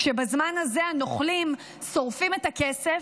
כשבזמן הזה הנוכלים שורפים את הכסף,